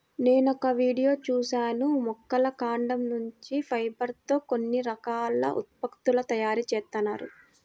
నేనొక వీడియో చూశాను మొక్కల కాండం నుంచి ఫైబర్ తో కొన్ని రకాల ఉత్పత్తుల తయారీ జేత్తన్నారు